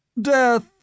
Death